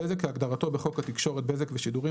בזק כהגדרתו בחוק התקשורת (בזק ושידורים),